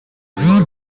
bwite